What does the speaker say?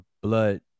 blood